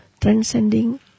transcending